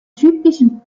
typischen